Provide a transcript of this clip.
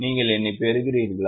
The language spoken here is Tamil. நீங்கள் என்னைப் பெறுகிறீர்களா